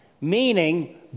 Meaning